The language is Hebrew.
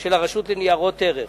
של הרשות לניירות ערך.